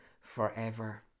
forever